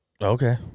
okay